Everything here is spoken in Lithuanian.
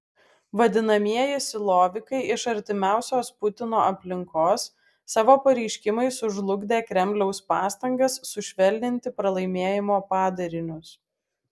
vadinamieji silovikai iš artimiausios putino aplinkos savo pareiškimais sužlugdė kremliaus pastangas sušvelninti pralaimėjimo padarinius